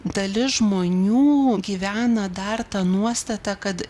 dalis žmonių gyvena dar ta nuostata kad